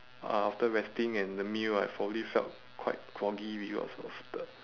uh after resting and the meal I probably felt quite groggy